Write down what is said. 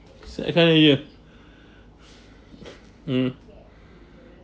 so I can't hear you mm